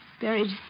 buried